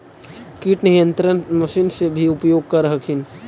किट नियन्त्रण मशिन से भी उपयोग कर हखिन?